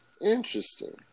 Interesting